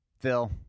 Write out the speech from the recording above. Phil